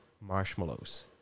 marshmallows